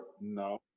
No